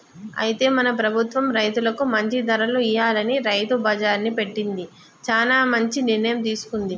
అయితే మన ప్రభుత్వం రైతులకు మంచి ధరలు ఇయ్యాలని రైతు బజార్ని పెట్టింది చానా మంచి నిర్ణయం తీసుకుంది